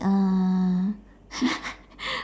uh